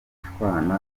gushwana